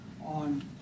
on